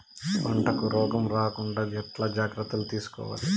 పంటకు రోగం రాకుండా ఎట్లా జాగ్రత్తలు తీసుకోవాలి?